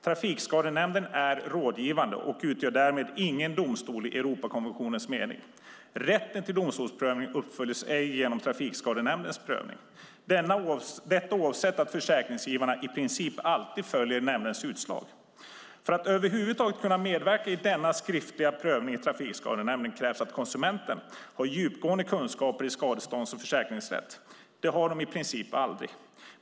Trafikskadenämnden är rådgivande och utgör därmed ingen domstol i Europakonventionens mening. Rätten till domstolsprövning uppfylls inte genom Trafikskadenämndens prövning, trots att försäkringsgivarna i princip alltid följer nämndens utslag. För att över huvud taget kunna medverka i den skriftliga prövningen i Trafikskadenämnden krävs att konsumenten har djupgående kunskaper i skadestånds och försäkringsrätt. Det har de i princip aldrig.